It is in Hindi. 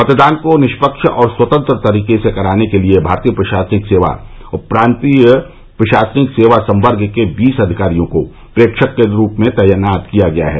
मतदान को निष्पक्ष और स्वतंत्र तरीके से कराने के लिए भारतीय प्रशासनिक सेवा और प्रान्तीय प्रशासनिक सेवा संवर्ग के बीस अधिकारियों को प्रेक्षक के रूप में तैनात किया गया है